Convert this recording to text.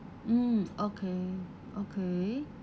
mm okay okay